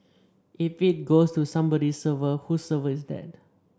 if it goes to somebody's server whose server is that